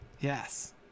yes